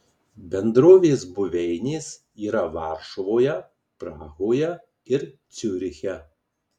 bendrovės buveinės yra varšuvoje prahoje ir ciuriche